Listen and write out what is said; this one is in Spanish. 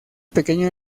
pequeño